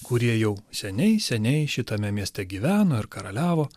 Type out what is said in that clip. kurie jau seniai seniai šitame mieste gyveno ir karaliavo